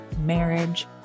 marriage